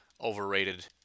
overrated